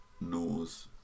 knows